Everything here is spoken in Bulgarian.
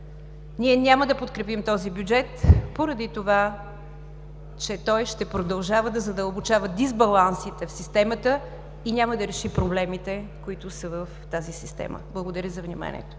Ние няма да подкрепим този бюджет поради това, че той ще продължава да задълбочава дисбалансите в системата и няма да реши проблемите, които са в тази система. Благодаря за вниманието.